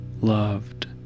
loved